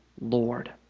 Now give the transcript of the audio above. Lord